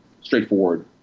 straightforward